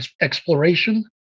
exploration